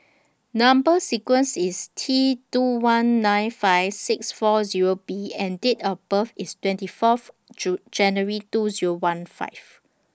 Number sequence IS T two one nine five six four Zero B and Date of birth IS twenty Fourth January two Zero one five